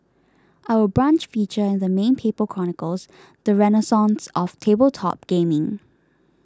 Our Brunch feature in the main paper chronicles the renaissance of tabletop gaming